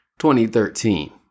2013